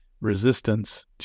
Resistance